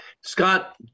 Scott